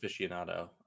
aficionado